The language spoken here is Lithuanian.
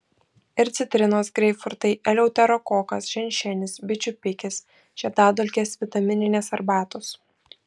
ir citrinos greipfrutai eleuterokokas ženšenis bičių pikis žiedadulkės vitamininės arbatos